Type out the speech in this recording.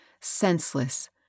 senseless